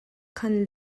khan